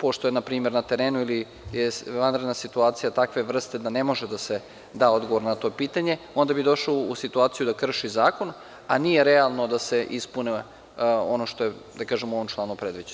pošto je, na primer, na terenu ili je vanredna situacija takve vrste da ne može da se da odgovor na to pitanje, onda bi došao u situaciju da krši zakon, a nije realno da se ispuni ono što je, da kažem u ovom članu predviđeno.